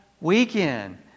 weekend